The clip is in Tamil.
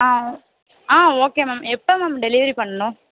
ஆ ஆ ஓகே மேம் எப்போ மேம் டெலிவரி பண்ணணும்